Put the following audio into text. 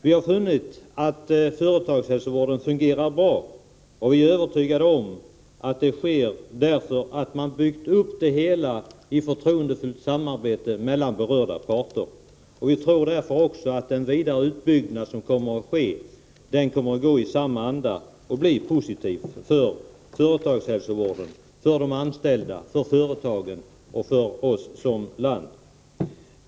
Vi har funnit att företagshälsovården fungerar bra, och vi är övertygade om att den gör det därför att systemet har byggts upp i förtroendefullt samarbete mellan berörda parter. Vi tror därför också att den utbyggnad som kommer att ske skall genomföras i samma anda och bli positiv för företagshälsovården, för de anställda, för företagen och för oss som land.